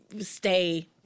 stay